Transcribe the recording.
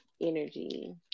energy